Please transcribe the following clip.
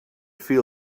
feel